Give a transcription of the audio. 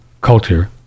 culture